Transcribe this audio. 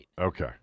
okay